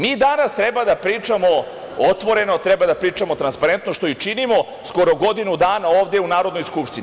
Mi danas treba da pričamo otvoreno, treba da pričamo transparentno, što i činimo, skoro godinu dana ovde u Narodnoj skupštini.